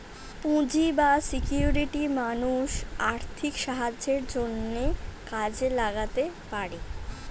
পুঁজি বা সিকিউরিটি মানুষ আর্থিক সাহায্যের জন্যে কাজে লাগাতে পারে